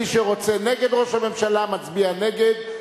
ומי שרוצה נגד ראש הממשלה מצביע נגד,